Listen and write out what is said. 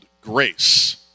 Grace